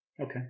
Okay